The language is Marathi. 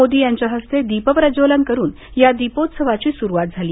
मोदी यांच्या हस्ते दीपप्रज्वलन करून या दीपोत्सवाची सुरुवात झाली